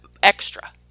extra